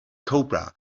cobra